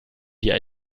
die